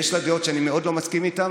יש לה דעות שאני מאוד לא מסכים להן,